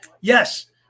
Yes